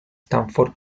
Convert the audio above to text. stanford